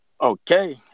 Okay